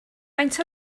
faint